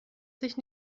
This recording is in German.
sich